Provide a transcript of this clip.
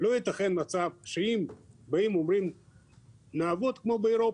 לא יתכן מצב שבין או בין נעבוד כמו באירופה,